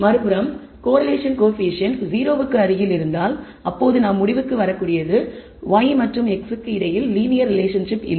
மறுபுறம் correlation coefficient 0 க்கு அருகில் இருந்தால் அப்போது நாம் முடிவுக்கு வரக்கூடியது y மற்றும் x க்கு இடையில் லீனியர் ரிலேஷன்ஷிப் இல்லை